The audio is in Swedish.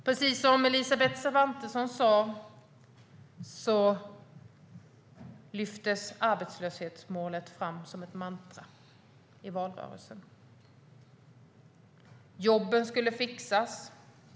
Precis som Elisabeth Svantesson sa lyftes arbetslöshetsmålet fram som ett mantra i valrörelsen. Jobben skulle fixas.